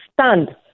stand